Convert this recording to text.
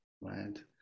right